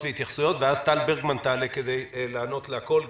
והתייחסויות ואז טל ברגמן תעלה כדי לענות לכול,